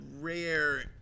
rare